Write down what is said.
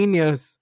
years